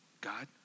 God